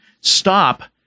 stop